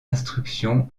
instructions